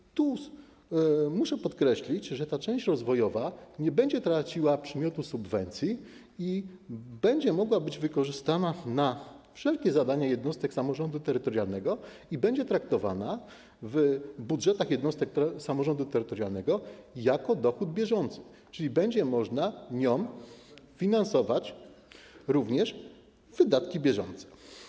I tu muszę podkreślić, że część rozwojowa nie będzie traciła przymiotu subwencji i będzie mogła być wykorzystana na wszelkie zadania jednostek samorządu terytorialnego i będzie traktowana w budżetach jednostek samorządu terytorialnego jako dochód bieżący, czyli będzie można nią finansować również wydatki bieżące.